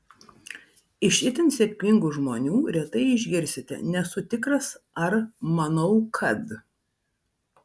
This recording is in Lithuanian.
iš itin sėkmingų žmonių retai išgirsite nesu tikras ar manau kad